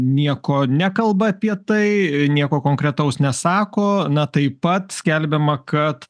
nieko nekalba apie tai nieko konkretaus nesako na taip pat skelbiama kad